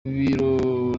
biro